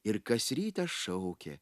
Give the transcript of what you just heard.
ir kas rytą šaukė